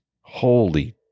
Holy